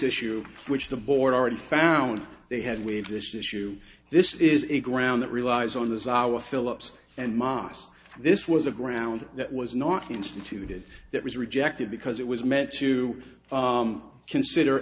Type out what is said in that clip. issue which the board already found they had waived this issue this is a ground that relies on the sour philips and mosque this was a ground that was not instituted that was rejected because it was meant to consider